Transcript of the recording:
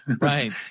Right